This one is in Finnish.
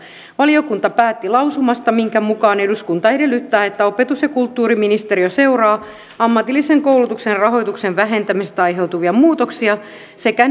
valiokunta päätti lausumasta minkä mukaan eduskunta edellyttää että opetus ja kulttuuriministeriö seuraa ammatillisen koulutuksen rahoituksen vähentämisestä aiheutuvia muutoksia sekä